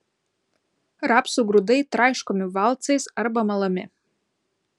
rapsų grūdai traiškomi valcais arba malami